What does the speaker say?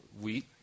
wheat